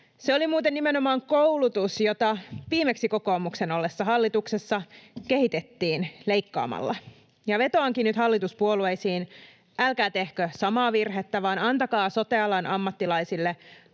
Se oli muuten nimenomaan koulutus, jota viimeksi kokoomuksen ollessa hallituksessa kehitettiin leikkaamalla, ja vetoankin nyt hallituspuolueisiin: älkää tehkö samaa virhettä vaan antakaa sote-alan ammattilaisille